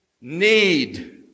need